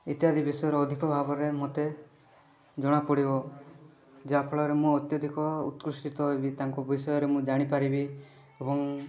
ଇତ୍ୟାଦି ବିଷୟରେ ଅଧିକ ଭାବରେ ମୋତେ ଜଣା ପଡ଼ିବ ଯାହାଫଳରେ ମୁଁ ଅତ୍ୟଧିକ ଉତ୍କୃଷ୍ଟିତ ହେବି ତାଙ୍କ ବିଷୟରେ ମୁଁ ଜାଣିପାରିବି ଏବଂ